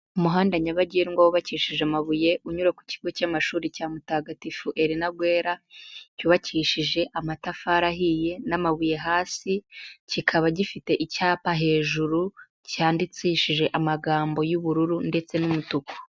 Umuhanda nyabagendwa wubakishije amabuye, unyura ku Kigo cy'amashuri cya Mutagatifu Elena Geurra, cyubakishije amatafari ahiye n'amabuye hasi, kikaba gifite icyapa hejuru cyandikishije amagambo y'ubururu ndetse n'umutuku.